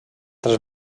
tres